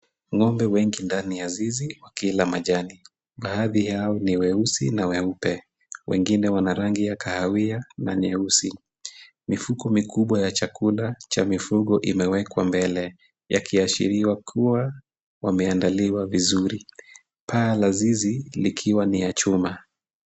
Ng'ombe wengi ndani ya zizi wakila majani. Baadhi yao ni weusi na weupe. Wengine wana rangi ya kahawia na nyeusi. Mifuko mikubwa ya chakula cha mifugo imewekwa mbele, yakiashiriwa kuwa wameandaliwa vizuri. Paa la zizi likiwa ni la chuma.